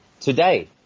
today